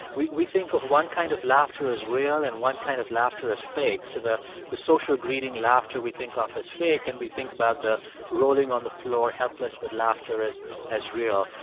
we we think of one kind of laughter as real and one kind of laughter as fake. so the the social greeting laughter we think of as fake and we think about the rolling on the floor helpless with laughter as as real.